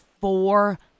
four